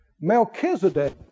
Melchizedek